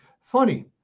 Funny